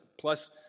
plus